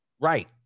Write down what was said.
Right